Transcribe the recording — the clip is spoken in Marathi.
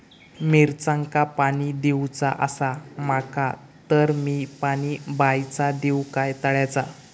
मिरचांका पाणी दिवचा आसा माका तर मी पाणी बायचा दिव काय तळ्याचा?